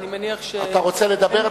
אתה רוצה לדבר?